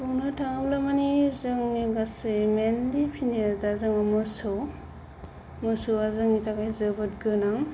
बुंनो थाङोब्ला माने जोंनि गासै मेनलि फिसिनाया दा जों मोसौ मोसौआ जोंनि थाखाय जोबोद गोनां